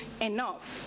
enough